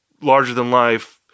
larger-than-life